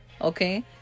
okay